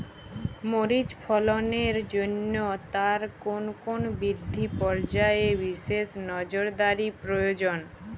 মরিচ ফলনের জন্য তার কোন কোন বৃদ্ধি পর্যায়ে বিশেষ নজরদারি প্রয়োজন?